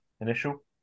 Initial